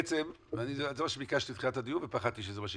זה מה שביקשתי בתחילת הדיון ופחדתי שזה מה שיקרה,